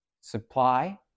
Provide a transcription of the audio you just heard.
supply